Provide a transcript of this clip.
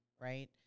right